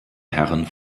herren